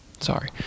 Sorry